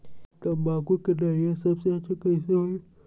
तम्बाकू के निरैया सबसे अच्छा कई से होई?